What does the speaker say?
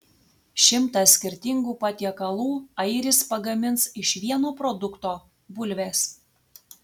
šimtą skirtingų patiekalų airis pagamins iš vieno produkto bulvės